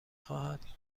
خواهد